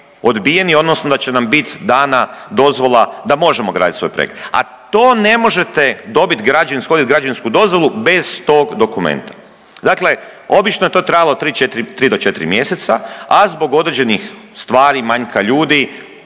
odbijeni odnosno da će nam bit dana dozvola da možemo graditi svoj projekt, a to ne možete dobit građevinsku ishodit građevinsku dozvolu bez tog dokumenta. Dakle, obično je to trajalo tri do četri mjeseca, a zbog određenih stvari, manjka ljudi,